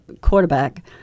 quarterback